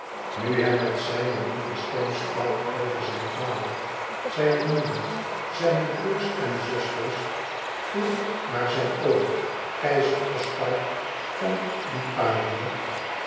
nu hij met zijn lieve stem sprak over zijn vader zijne moeder zijne broêrs en zusters vroeg naar zijn oom keizer oscar van liparië